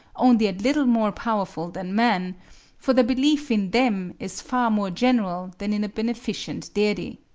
only a little more powerful than man for the belief in them is far more general than in a beneficent deity.